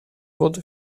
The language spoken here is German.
wurde